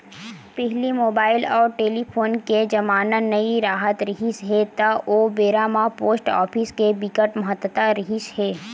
पहिली मुबाइल अउ टेलीफोन के जमाना नइ राहत रिहिस हे ता ओ बेरा म पोस्ट ऑफिस के बिकट महत्ता रिहिस हे